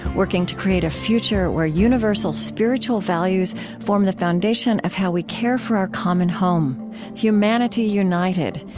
working to create a future where universal spiritual values form the foundation of how we care for our common home humanity united,